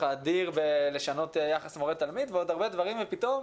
האדיר לשנות את יחס מורה-תלמיד ועוד הרבה דברים ופתאום,